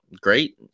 great